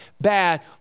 bad